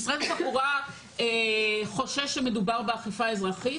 משרד התחבורה חושש שמדובר באכיפה אזרחית.